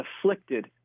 afflicted